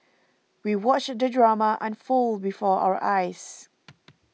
we watched the drama unfold before our eyes